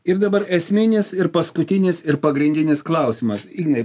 ir dabar esminis ir paskutinis ir pagrindinis klausimas ignai